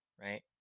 right